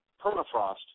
permafrost